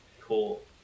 Cool